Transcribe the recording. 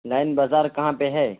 line بازار کہاں پہ ہے